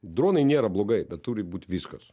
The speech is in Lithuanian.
dronai nėra blogai bet turi būt viskas